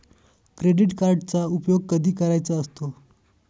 Credit कार्डचा उपयोग कधी करायचा असतो?